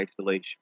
isolation